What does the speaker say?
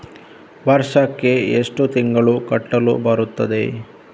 ವರ್ಷಕ್ಕೆ ಎಷ್ಟು ತಿಂಗಳು ಕಟ್ಟಲು ಬರುತ್ತದೆ?